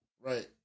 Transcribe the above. Right